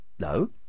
No